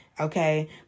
Okay